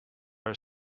are